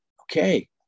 okay